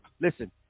Listen